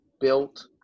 built